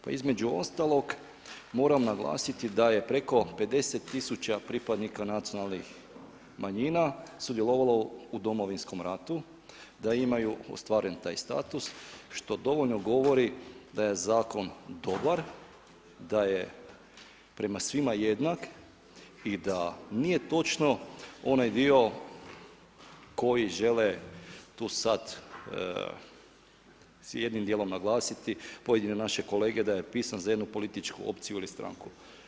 Pa između ostalog, moram naglasiti da je preko 50000 pripadnika nacionalnih manjina sudjelovao u Domovinskom ratu, da imaju ostvaren taj status, što dovoljno govori da je zakon dobar, da je prema svima jednaki i da nije točno onaj dio koji žele tu sad svi jednim dijelom naglasiti, pojedine naše kolege, da je pisan za jednu političku opciju ili stranku.